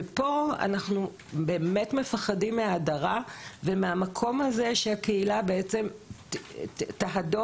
ופה אנחנו באמת מפחדים מההדרה ומהמקום הזה שקהילה בעצם תהדוף,